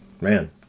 man